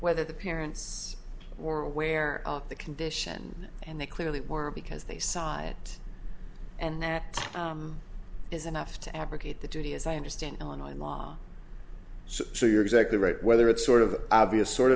whether the parents were aware of the condition and they clearly weren't because they sighed and that is enough to abrogate the duty as i understand online law so you're exactly right whether it's sort of obvious sort